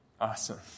Awesome